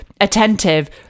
attentive